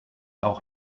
auch